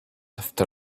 after